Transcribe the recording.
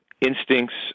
instincts